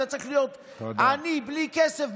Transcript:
אתה צריך להיות עני בלי כסף,